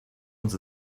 uns